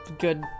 good